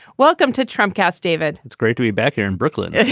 welcome to trump castle, david. it's great to be back here in brooklyn. and